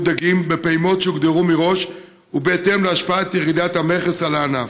דגים בפעימות שהוגדרו מראש ובהתאם להשפעת ירידת המכס על הענף.